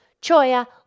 Choya